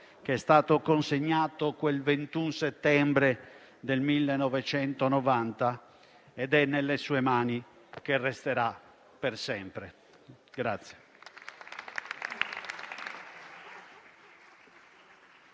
che è stato consegnato quel 21 settembre del 1990 ed è nelle sue mani che resterà per sempre.